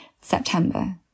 September